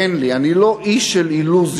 אין לי, אני לא איש של אילוזיות.